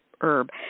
herb